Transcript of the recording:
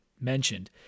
mentioned